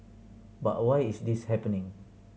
but why is this happening